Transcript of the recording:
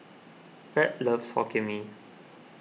Fed loves Hokkien Mee